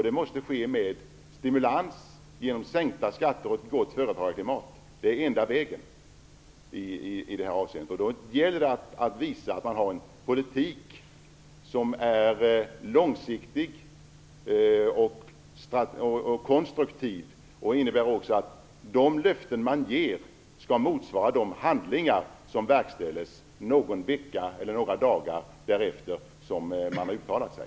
Det måste ske genom stimulanser, sänkta skatter och ett gott företagarklimat. Det är den enda vägen i det här avseendet. Då gäller det att visa att man har en politik som är långsiktig och konstruktiv och som innebär att de löften som ges också motsvarar det som verkställs några dagar eller någon vecka efter det att man uttalat sig.